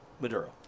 Maduro